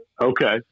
Okay